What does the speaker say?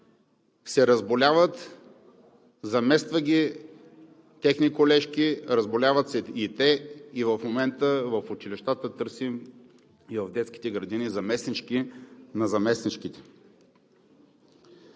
се разболяват. Заместват ги техни колежки, разболяват се и те, и в момента в училищата и в детските градини търсим заместнички на заместничките.